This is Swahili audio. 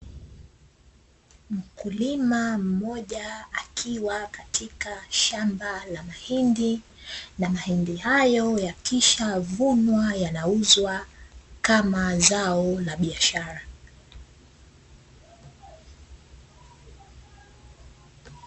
Mkulima mmoja akiwa katika shamba la mahindi na mahindi, hayo yakishavunwa yanauzwa kama zao la biashara.